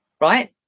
right